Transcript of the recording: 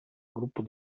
gruppo